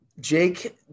Jake